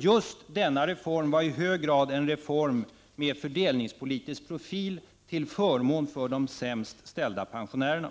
Just denna reform var alltså i hög grad en reform med fördelningspolitisk profil till förmån för de sämst ställda pensionärerna.